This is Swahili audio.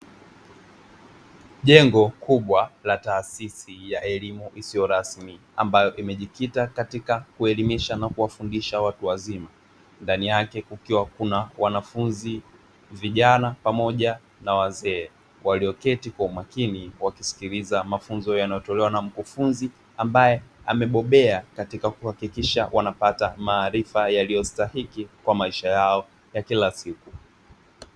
Jengo kubwa la tasisi ya elimu isiyo rasmi, ambayo imejikita katika kuelimisha na kuwafundisha watu wazima, ndani yake kukiwa na wanafunzi, vijana pamoja na wazee walioketi kwa umakini wakisikiliza mafunzo yanayotolewa na mkufunzi ambaye amebobea katika kuhakikisha wanapata maarifa yaliyo stahiki kwa maisha yao ya kila siku.